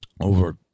Over